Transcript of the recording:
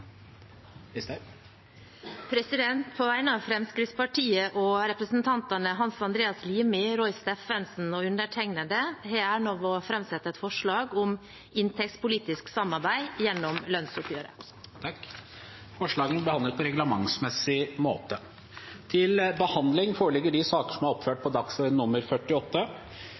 På vegne av Fremskrittspartiet og representantene Hans Andreas Limi, Roy Steffensen og meg selv har jeg æren av å framsette et forslag om inntektspolitisk samarbeid gjennom lønnsoppgjøret. Forslagene vil bli behandlet på reglementsmessig måte.